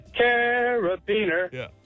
Carabiner